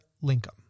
Lincoln